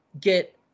get